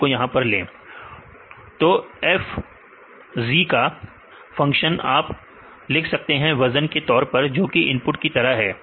तो f of z का function आप लिख सकते हैं वजन की तौर पर जो कि इनपुट की तरह है